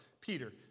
Peter